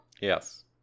Yes